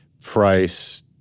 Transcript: price